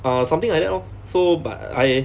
ah something like that lor so but I